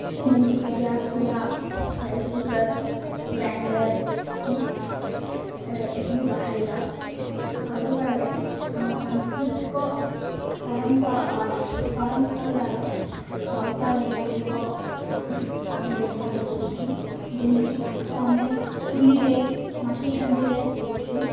ଯେମିତିକି ଗ୍ୟାସ୍ ଚୁଲା rice cooker grinder ଏସବୁ ବାହାରିଲା ଆଗ କାଳରେ ଆମ ସାଂସ୍କୃତିକ ପରମ୍ପରାର ଉପାଦାନଗୁଡ଼ିକ ଆମେ ବ୍ୟବହାର କରୁଛୁ ଯେମିତିକି ଭାତ ଆମେ ଚୁଲିରେ ମାଟି ହାଣ୍ଡିରେ କରୁଛୁ